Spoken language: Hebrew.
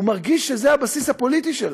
הוא מרגיש שזה הבסיס הפוליטי שלו,